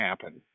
happen